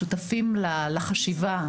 שותפים לחשיבה,